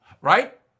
Right